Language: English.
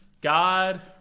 God